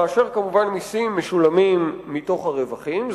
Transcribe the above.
כאשר כמובן מסים משולמים מסך הרווחים,